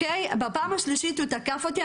בפעם השלישית שהוא תקף אותי,